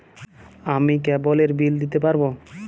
আমি কেবলের বিল দিতে পারবো?